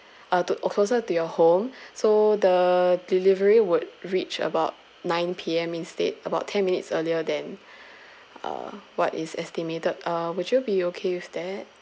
uh to uh closer to your home so the delivery would reach about nine P_M instead about ten minutes earlier than uh what is estimated uh would you be okay with that